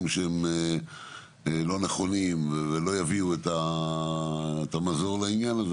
שהם לא נכונים ולא יביאו את המזור לעניין הזה,